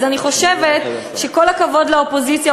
אני חושבת שכל הכבוד לאופוזיציה,